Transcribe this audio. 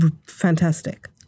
fantastic